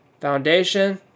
Foundation